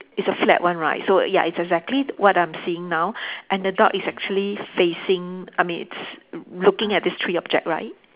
it's a flat one right so ya it's exactly what I'm seeing now and the dog is actually facing I mean it's looking at these three object right